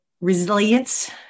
resilience